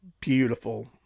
beautiful